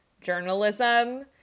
journalism